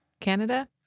Canada